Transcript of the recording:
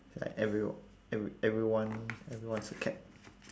like everyon~ ever~ everyone everyone's a cat